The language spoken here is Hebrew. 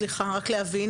סליחה, רק להבין.